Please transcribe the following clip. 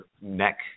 neck